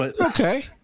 okay